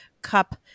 cup